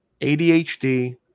ADHD